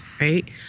right